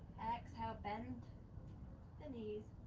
exhale, bend the knees,